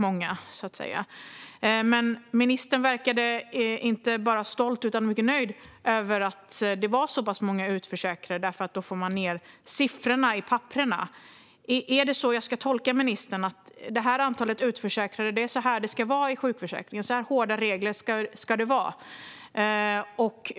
Ministern verkade inte bara stolt utan också mycket nöjd över att det var så pass många utförsäkrade, för då får man ned siffrorna i papperen. Är det så jag ska tolka ministern när det gäller antalet utförsäkrade, att det ska vara så här hårda regler i sjukförsäkringen?